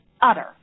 utter